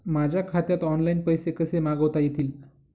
माझ्या खात्यात ऑनलाइन पैसे कसे मागवता येतील?